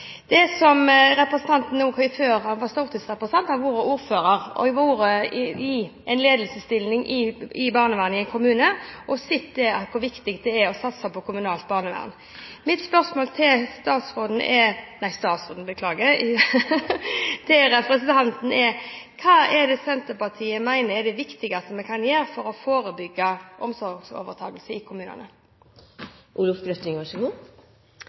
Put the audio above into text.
noe med. Representanten har før hun ble stortingsrepresentant vært ordfører. Hun har hatt en ledende stilling i barnevernet i en kommune og sett hvor viktig det er å satse på kommunalt barnevern. Mitt spørsmål til representanten er: Hva mener Senterpartiet er det viktigste man kan gjøre for å forebygge omsorgsovertakelse i kommunene?